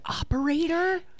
operator